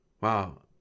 wow